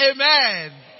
amen